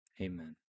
Amen